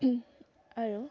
আৰু